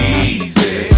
easy